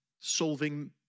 solving